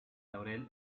laurel